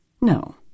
No